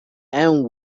and